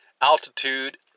altitude